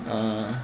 uh